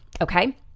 Okay